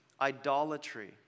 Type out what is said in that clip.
idolatry